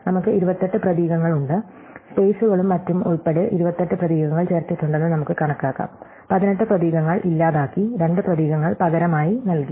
നമുക്ക് 28 പ്രതീകങ്ങളുണ്ട് സ്പെയ്സുകളും മറ്റും ഉൾപ്പെടെ 28 പ്രതീകങ്ങൾ ചേർത്തിട്ടുണ്ടെന്ന് നമുക്ക് കണക്കാക്കാം 18 പ്രതീകങ്ങൾ ഇല്ലാതാക്കി 2 പ്രതീകങ്ങൾ പകരമായി നൽകി